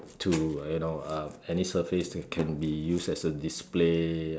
too uh you know uh any surface that can be used as a display